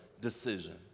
decision